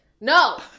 No